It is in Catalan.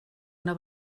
una